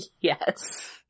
Yes